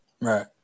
Right